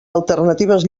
alternatives